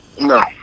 No